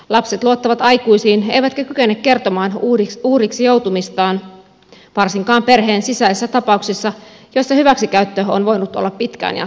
lapset luottavat aikuisiin eivätkä kykene kertomaan uhriksi joutumisestaan varsinkaan perheen sisäisissä tapauksissa joissa hyväksikäyttö on voinut olla pitkään jatkuvaa